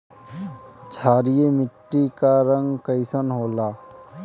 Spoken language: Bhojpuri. क्षारीय मीट्टी क रंग कइसन होला?